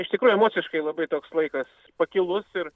iš tikrųjų emociškai labai toks laikas pakilus ir